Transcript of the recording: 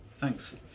thanks